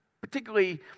particularly